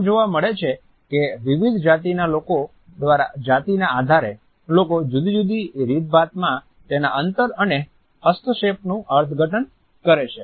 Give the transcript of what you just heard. તેવું જોવા મળે છે કે વિવિધ જાતિના લોકો દ્વારા જાતિના આધારે લોકો જુદી જુદી રીતભાતમાં તેના અંતર અને હસ્તક્ષેપનું અર્થઘટન કરે છે